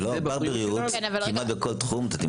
לא רק בבריאות, כמעט בכל תחום אתה תמצא.